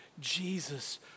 Jesus